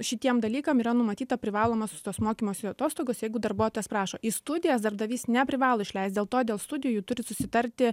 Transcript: šitiem dalykam yra numatyta privalomos tos mokymosi atostogos jeigu darbuotojas prašo į studijas darbdavys neprivalo išleist dėlto dėl studijų turi susitarti